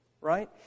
right